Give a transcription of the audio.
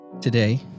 today